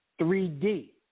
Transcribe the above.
3D